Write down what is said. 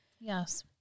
Yes